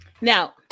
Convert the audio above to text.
Now